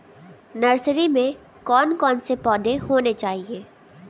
Nursery में कौन कौन से पौधे होने चाहिए?